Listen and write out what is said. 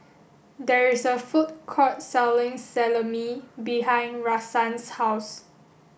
there is a food court selling Salami behind Rahsaan's house